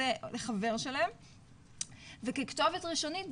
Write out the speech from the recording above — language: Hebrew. או לחבר שלהם וככתובת ראשונית,